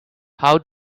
how